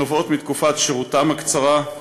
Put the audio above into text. שנובעות מתקופת שירותם הקצרה,